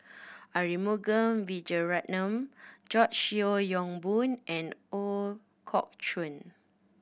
Arumugam Vijiaratnam George Yeo Yong Boon and Ooi Kok Chuen